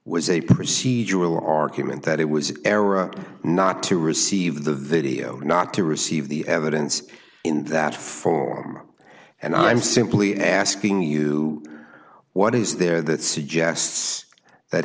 a procedural argument that it was an error not to receive the video not to receive the evidence in that form and i'm simply asking you what is there that suggests that